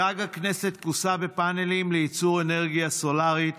גג הכנסת כוסה בפאנלים לייצור אנרגיה סולרית,